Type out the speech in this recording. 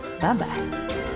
Bye-bye